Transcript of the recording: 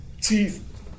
teeth